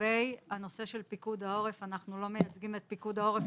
אנחנו לא מייצגים את פיקוד העורף.